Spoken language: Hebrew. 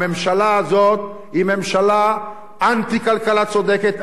הממשלה הזאת היא ממשלה אנטי כלכלה צודקת,